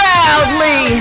Proudly